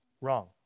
wrong